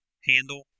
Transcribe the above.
handle